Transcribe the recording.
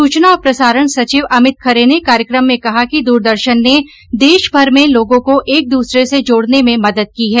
सूचना और प्रसारण सचिव अमित खरे ने कार्यक्रम में कहा कि दूरदर्शन ने देश भर में लोगों को एक दूसरे से जोड़ने में मदद की है